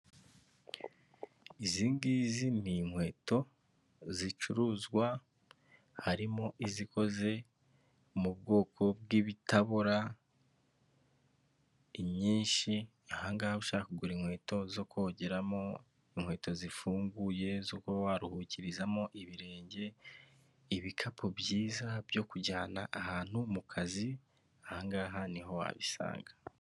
IzI ni inkweto zicuruzwa, harimo izikoze mu bwoko bw'ibitabora. ni nyinshi, ahangaha ushaka kugura inkweto zo kogeramo, inkweto zifunguye warukirizamo ibirenge, ibikapu byiza byo kujyana ahantu mu kazi, ahangaha niho wabisanga.